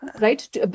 right